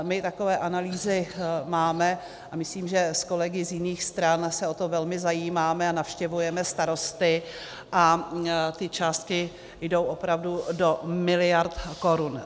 My takové analýzy máme a myslím, že s kolegy z jiných stran se o to velmi zajímáme a navštěvujeme starosty a ty částky jdou opravdu do miliard korun.